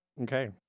Okay